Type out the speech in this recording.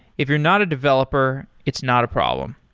if you're not a developer, it's not a problem.